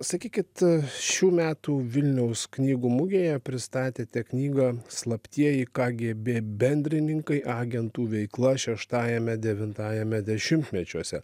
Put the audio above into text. sakykit šių metų vilniaus knygų mugėje pristatėte knygą slaptieji kgb bendrininkai agentų veikla šeštajame devintajame dešimtmečiuose